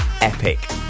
epic